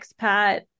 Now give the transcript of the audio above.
expat